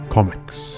Comics